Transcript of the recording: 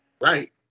Right